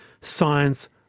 science